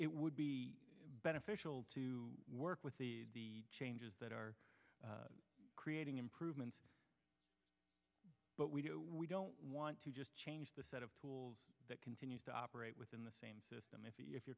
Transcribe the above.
it would be beneficial to work with the changes that are creating improvements but we do we don't want to just change the set of tools that continue to operate within the same system if if you